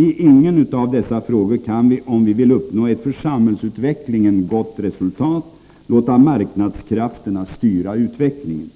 I ingen utav dessa frågor kan vi, om vi vill uppnå ett för samhällsutvecklingen gott resultat, låta marknadskrafterna styra utvecklingen.